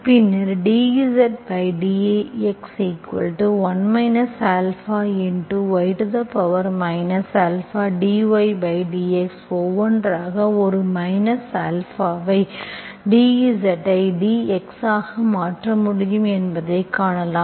பின்னர் dZdx1 α y αdydx ஒவ்வொன்றாக ஒரு மைனஸ் ஆல்ஃபாவை dz ஐ dx ஆக மாற்ற முடியும் என்பதை காணலாம்